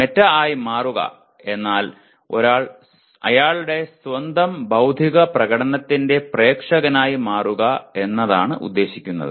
meta ആയി മാറുക എന്നാൽ ഒരാൾ അയാളുടെ സ്വന്തം ബൌദ്ധിക പ്രകടനത്തിന്റെ പ്രേക്ഷകനായി മാറുക എന്നാണ് ഉദ്ദേശിക്കുന്നത്